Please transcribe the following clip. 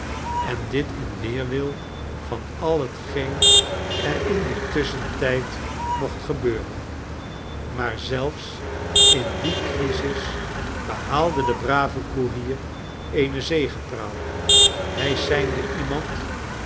en dit in weerwil van al hetgeen er in dien tusschen tijd mocht gebeuren maar zelfs in die crisis behaalde de brave koerier eene zegepraal hij seinde iemand